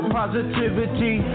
positivity